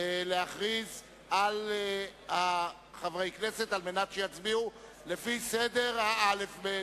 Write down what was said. להכריז על חברי הכנסת על מנת שיצביעו לפי סדר האל"ף-בי"ת.